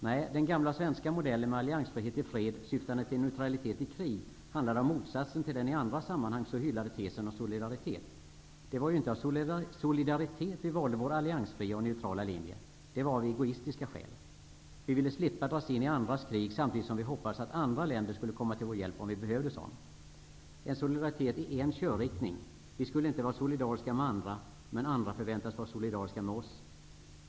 Nej, den gamla svenska modellen med alliansfrihet i fred syftande till neutralitet i krig handlade om motsatsen till den i andra sammanhang så hyllade tesen om solidaritet. Det var ju inte av solidaritet vi valde vår alliansfria och neutrala linje, utan det gjorde vi av egoistiska skäl. Vi ville slippa dras in i andras krig, samtidigt som vi hoppades att andra länder skulle komma till vår hjälp om vi behövde sådan. Det var solidaritet i en körriktning -- vi skulle inte vara solidariska med andra, men andra förväntades vara solidariska med oss.